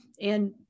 and-